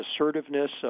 assertiveness